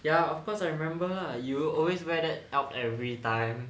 ya of course I remember lah you always wear that out every time